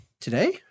Today